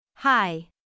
Hi